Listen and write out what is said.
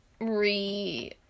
re